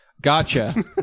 gotcha